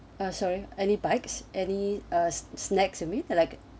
ah sorry any bites any snacks with me like